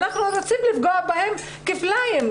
ואנחנו רוצים לפגוע בהן כפליים?